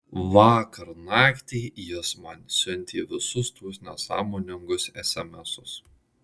vakar naktį jis man siuntė visus tuos nesąmoningus esemesus